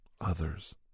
others